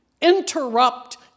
interrupt